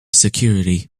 security